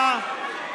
נא לצאת.